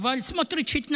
אבל סמוטריץ' התנגד.